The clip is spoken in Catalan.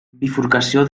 bifurcació